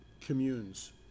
communes